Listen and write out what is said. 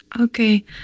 Okay